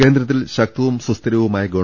കേന്ദ്രത്തിൽ ശക്തവും സുസ്ഥിരവുമായ ഗവ